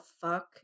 fuck